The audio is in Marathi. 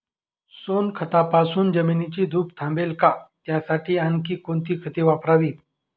सोनखतापासून जमिनीची धूप थांबेल का? त्यासाठी आणखी कोणती खते वापरावीत?